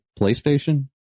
PlayStation